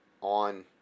on